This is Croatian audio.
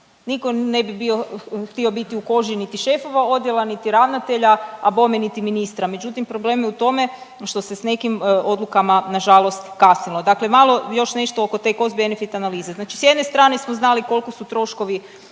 Nitko ne bi bio htio biti u koži niti šefova odjela, niti ravnatelja, a bome niti ministra, međutim problem je u tome što se s nekim odlukama na žalost kasnilo. Dakle malo još nešto oko te cost benefit analize. Znači s jedne strane smo znali koliko su troškovi